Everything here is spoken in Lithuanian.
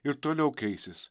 ir toliau keisis